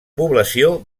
població